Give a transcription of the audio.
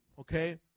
okay